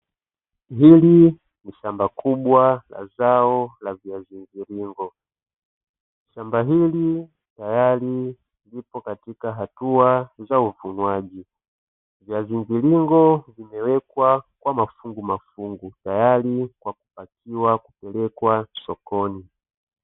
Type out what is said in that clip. Hili ni shamba kubwa la zao la viazi mviringo shamba hili tayari lipo katika hatua za uvunwaji, viazi mviringo vimewekwa kwa mafungu mafungu tayari kwa kupakiwa kupelekwa sokoni.